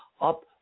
up